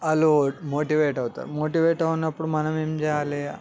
వాళ్ళు మోటివేట్ అవుతారు మోటివేట్ అయినప్పుడు మనము ఏం చేయాలి